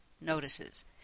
notices